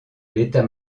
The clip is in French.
l’état